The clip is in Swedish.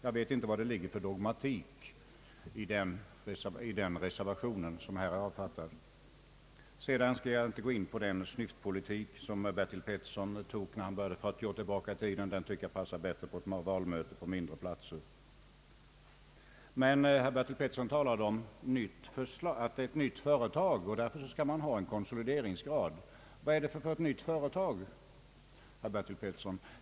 Jag vet inte vad det ligger för dogmatik i den reservation som här är avgiven. Jag skall inte gå in på den snyftpolitik som herr Bertil Petersson förde när han började tala om förr i tiden. Den tycker jag passar bättre på ett valmöte på mindre platser. Men herr Bertil Petersson talade om att det är ett nytt företag och att man därför skall ha en konsolideringsgrad. Vad är det för nytt företag?